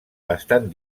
bastant